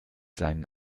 seinen